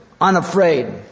unafraid